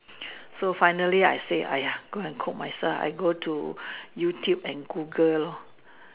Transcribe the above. so finally I say !aiya! go and cook myself I go to YouTube and Google lor